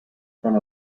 front